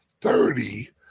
thirty